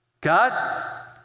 God